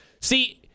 see –